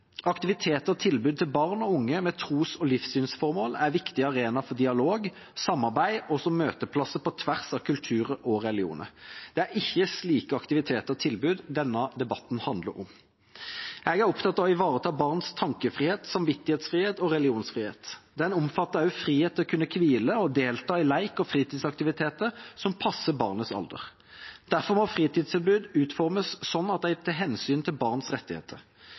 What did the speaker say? Aktiviteter og tilbud til barn og unge med tros- og livssynsformål er viktige arenaer for dialog og samarbeid og som møteplasser på tvers av kulturer og religioner. Det er ikke slike aktiviteter og tilbud denne debatten handler om. Jeg er opptatt av å ivareta barns tankefrihet, samvittighetsfrihet og religionsfrihet. Det omfatter også frihet til å kunne hvile og delta i lek og fritidsaktiviteter som passer barnets alder. Derfor må fritidstilbud utformes slik at de tar hensyn til barns rettigheter.